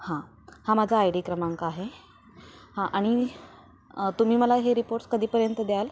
हां हा माझा आय डी क्रमांक आहे हा आणि तुम्ही मला हे रिपोर्ट्स कधीपर्यंत द्याल